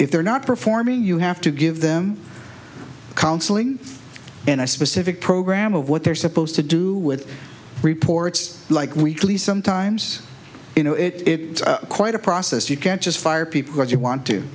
if they're not performing you have to give them counseling and i specific program of what they're supposed to do with reports like weekly sometimes you know it quite a process you can't just fire people if you want to